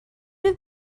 have